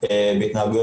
רפואה